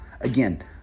Again